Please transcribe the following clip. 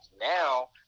now